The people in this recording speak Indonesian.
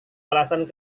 alasan